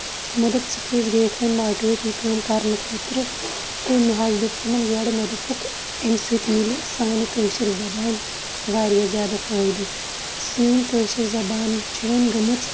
تِمو دوٚپ ژٕ کیازِ گٔیکھ وۄنۍ ماٹویٹ یہِ کٲم کرنہٕ خٲطرٕ تہٕ مےٚ حظ دوٚپ تِمن یورٕ مےٚ دوٚپُکھ اَمہِ سۭتۍ مِلہِ سانہِ کٲشِر زَبٲنۍ واریاہ زیادٕ فٲیدٕ سٲنی کٲشِر زَبان چھِ وۄنۍ گٔمٕژ